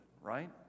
right